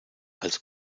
als